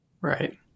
right